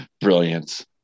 brilliance